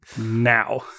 now